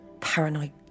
Paranoid